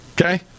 Okay